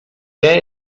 què